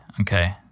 okay